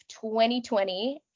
2020